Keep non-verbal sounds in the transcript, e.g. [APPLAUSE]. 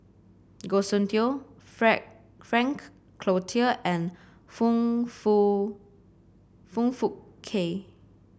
Goh Soon Tioe [UNINTELLIGIBLE] Frank Cloutier and Foong Fook Foong Fook Kay